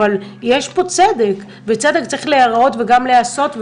אבל יש פה צדק, וצדק צריך להיראות וגם להיעשות.